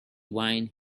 wine